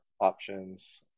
options